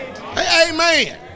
Amen